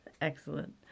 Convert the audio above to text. Excellent